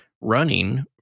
running